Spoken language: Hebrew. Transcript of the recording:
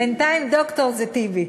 בינתיים ד"ר זה טיבי,